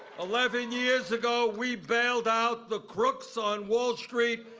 eleven years ago we bailed out the crooks on wall street.